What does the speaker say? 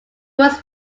was